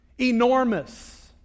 Enormous